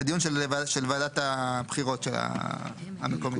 הדיון של ועדת הבחירות המקומית,